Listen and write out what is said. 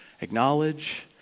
acknowledge